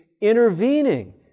intervening